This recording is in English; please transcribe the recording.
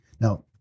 Now